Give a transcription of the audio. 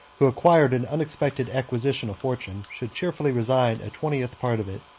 who acquired an unexpected accession of fortune, should cheerfully resign a twentieth part of it,